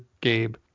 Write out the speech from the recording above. Gabe